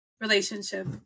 relationship